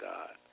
God